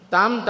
Tam